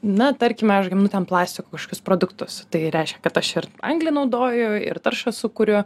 na tarkime aš gaminu ten plastiko kažkokius produktus tai reiškia kad aš ir anglį naudoju ir taršą sukuriu